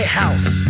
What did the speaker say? house